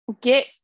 get